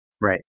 Right